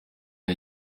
aho